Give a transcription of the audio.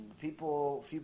people